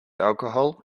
alcohol